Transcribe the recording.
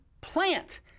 plant